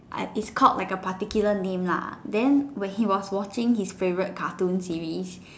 I it's called like a particular name lah then when he was watching his favorite cartoon T_V